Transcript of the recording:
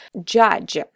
judge